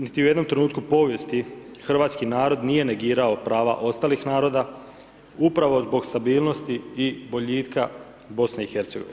Niti u jednom trenutku povijesti, hrvatski narod nije negirao prava ostalih naroda, upravo zbog stabilnosti i boljitka BIH.